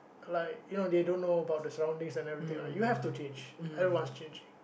like you know they don't know about the surroundings and everything lah you have to change everyone's changing